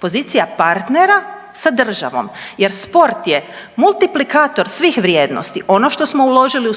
pozicija partnera sa državom jer sport je multiplikator svih vrijednosti. Ono što smo uložili u